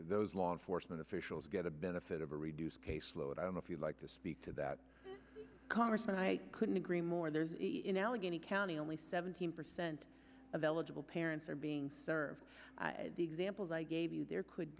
ose law enforcement officials get a benefit of a reduced caseload and if you'd like to speak to that congressman i couldn't agree more there is in allegheny county only seventeen percent of eligible parents are being served the examples i gave you there could